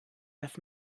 dass